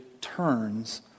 turns